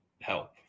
help